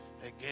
again